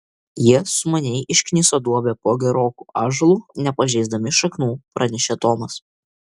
jie sumaniai iškniso duobę po geroku ąžuolu nepažeisdami šaknų pranešė tomas